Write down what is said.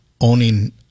owning